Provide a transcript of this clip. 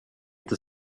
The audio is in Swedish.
inte